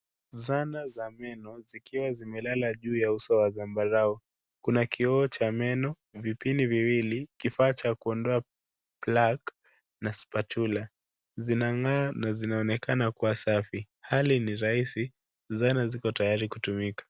Zana za meno zikiwa zimelala juu ya uso wa zambarau. Kuna kioo cha meno, vipini viwili, kifaa cha kuondoa plaque na spatula . Zinang'aa na zinaonekana kuwa safi. Hali hii ni rahisi. Zana ziko tayari kutumika.